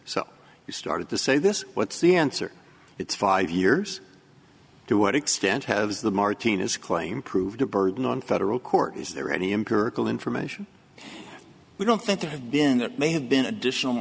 he started to say this what's the answer it's five years to what extent has the martinez claim proved a burden on federal court is there any empirical information we don't think there have been that may have been additional